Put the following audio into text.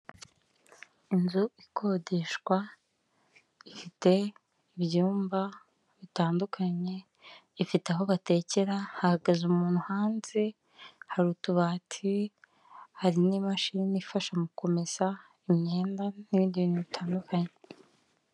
Inzu ikodeshwa ifite ibyumba bitandukanye, ifite aho batekera hahagaze umuntu hanze hari utubati, hari n'imashini ifasha mu kumesa imyenda n'ibindiintu bitandukanye.